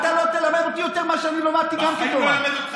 תודה.